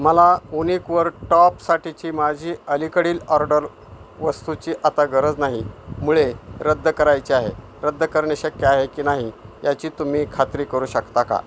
मला ऊनिकवर टॉपसाठीची माझी अलीकडील ऑर्डर वस्तूची आता गरज नाही मुळे रद्द करायची आहे रद्द करणे शक्य आहे की नाही याची तुम्ही खात्री करू शकता का